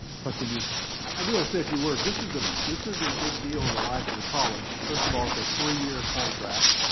trustee greg musil i do want to say a few words. this is a this is a big deal in the life of the college. first of all, it's a three-year contract.